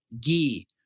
ghee